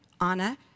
Anna